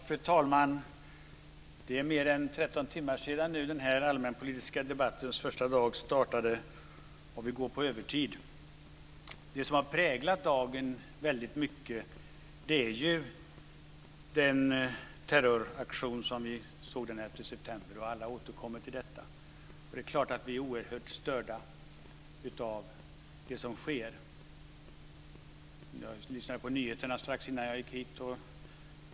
Fru talman! Det är mer än 13 timmar sedan den här allmänpolitiska debattens första dag startade, och vi går nu på övertid. Det som har präglat dagen väldigt mycket är den terroraktion som vi såg den 11 september. Alla återkommer till detta. Det är klart att vi är oerhört störda av det som sker. Jag lyssnade på nyheterna strax innan jag gick hit.